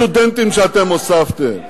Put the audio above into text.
איפה הסטודנטים שאתם הוספתם?